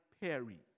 Perry